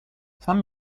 san